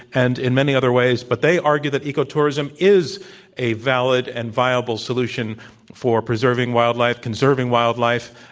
and in many other ways, but they argue that ecotourism is a valid and viable solution for preserving wildlife, conserving wildlife,